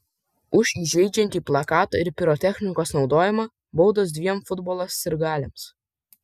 už įžeidžiantį plakatą ir pirotechnikos naudojimą baudos dviem futbolo sirgaliams